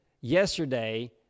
yesterday